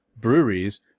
breweries